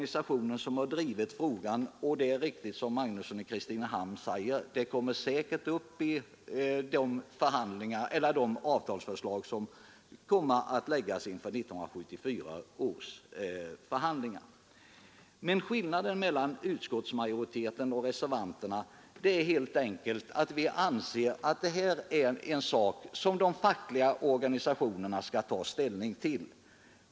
Som herr Magnusson i Kristinehamn säger kommer detta krav säkerligen också att föras fram i samband med 1974 års förhandlingar. Skillnaden mellan utskottsmajoriteten och reservanterna är helt enkelt att majoriteten anser att detta är en sak som de fackliga organisationerna skall ta ställning till.